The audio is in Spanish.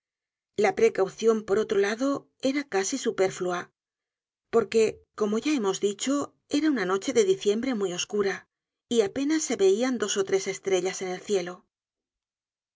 la precaucion por otro lado era casi supérflua porque como ya hemos dicho era una noche de diciembre muy oscura y apenas se veian dos ó tres estrellas en el cielo